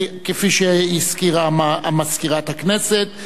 כפי שהזכירה מזכירת הכנסת.